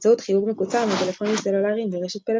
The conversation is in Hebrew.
באמצעות חיוג מקוצר מטלפונים סלולריים ברשת פלאפון,